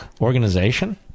organization